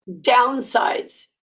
downsides